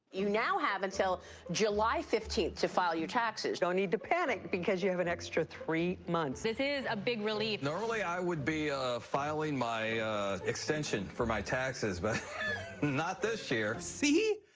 you now have until july fifteenth to file your taxes. no need to panic, because you have an extra three months. this is a big relief. normally i would be ah filing my extension for my taxes, but not this year. see?